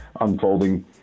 unfolding